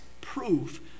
proof